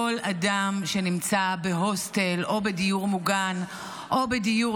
כל אדם שנמצא בהוסטל או בדיור מוגן או בדיור